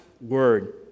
word